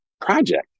project